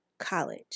college